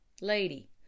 Lady